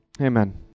amen